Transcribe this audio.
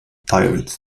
tired